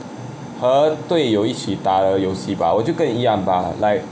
和队友一起打的游戏吧我就跟你可以一样吧 like